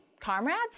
Comrades